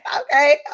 Okay